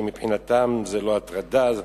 שמבחינתם זה לא הטרדה,